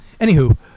anywho